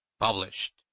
published